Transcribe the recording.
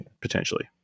Potentially